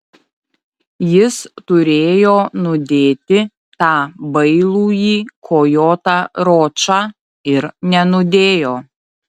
jis turėjo nudėti tą bailųjį kojotą ročą ir nenudėjo